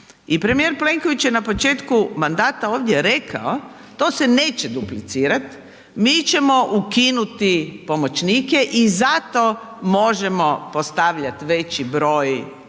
premijer Plenković je na početku mandata ovdje rekao, to se neće duplicirat, mi ćemo ukinuti pomoćnike i zato možemo postavljat veći broj državnih